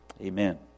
Amen